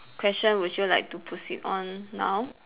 question would you like to proceed on now